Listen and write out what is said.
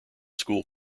school